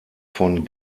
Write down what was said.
von